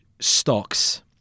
stocks